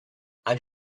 and